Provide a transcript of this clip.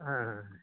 ಹಾಂ ಹಾಂ